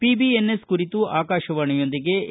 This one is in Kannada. ಪಿಬಿಎನ್ಎಸ್ ಕುರಿತು ಆಕಾಶವಾಣಿಯೊಂದಿಗೆ ಎ